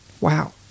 Wow